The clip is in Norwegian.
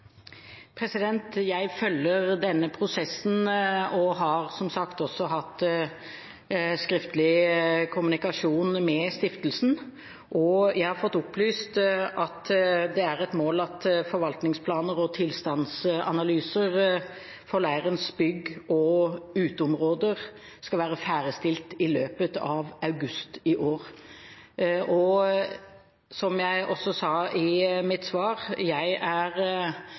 Jeg følger denne prosessen og har, som sagt, også hatt skriftlig kommunikasjon med stiftelsen. Jeg har fått opplyst at det er et mål at forvaltningsplaner og tilstandsanalyser for leirens bygg og uteområder skal være ferdigstilt i løpet av august i år. Som jeg også sa i mitt svar, er jeg